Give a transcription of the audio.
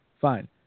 Fine